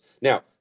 Now